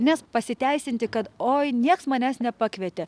nes pasiteisinti kad oi niekas manęs nepakvietė